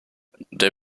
der